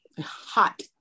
hot